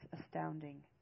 astounding